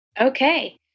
Okay